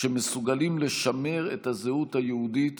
שמסוגלים לשמר את הזהות היהודית